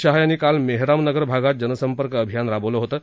शाह यांनी काल मेहराम नगर भागात जनसंपर्क अभियान राबविलं होतं